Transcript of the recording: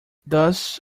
thus